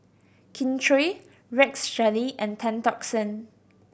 Kin Chui Rex Shelley and Tan Tock San